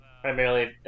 primarily